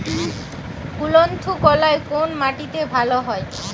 কুলত্থ কলাই কোন মাটিতে ভালো হয়?